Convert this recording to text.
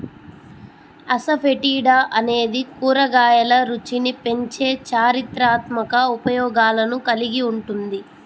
asafoetida అనేది కూరగాయల రుచిని పెంచే చారిత్రాత్మక ఉపయోగాలను కలిగి ఉంటుంది